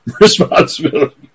Responsibility